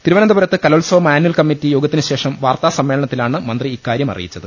തിരുവനന്തപുരത്ത് കലോ ത്സവ മാന്വൽ കമ്മറ്റി യോഗത്തിന് ശേഷം വാർത്താസമ്മേളന ത്തിലാണ് മന്ത്രി ഇക്കാര്യം അറിയിച്ചത്